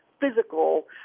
physical